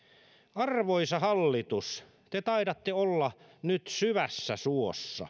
arvoisa hallitus te taidatte olla nyt syvässä suossa